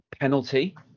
penalty